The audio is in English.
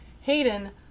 Hayden